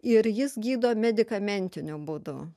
ir jis gydo medikamentiniu būdu